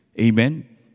Amen